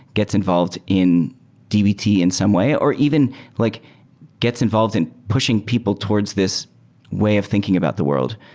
gets involved in dbt in some way, or even like gets involved in pushing people towards this way of thinking about the world,